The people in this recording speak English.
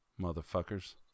Motherfuckers